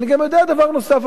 ואני גם יודע דבר נוסף,